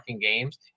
games